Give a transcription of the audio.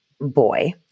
boy